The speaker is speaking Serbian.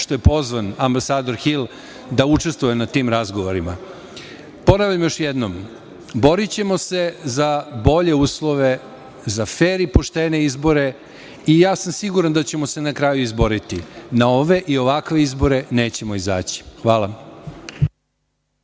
što je pozvan ambasador Hil da učestvuje na tim razgovorima. Ponavljam još jednom, borićemo se za bolje uslove, za fer i poštene izbore i ja sam siguran da ćemo se na kraju izboriti. Na ove i ovakve izbore nećemo izaći. Hvala.